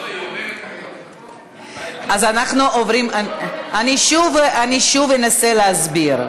אני שוב אנסה להסביר.